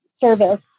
service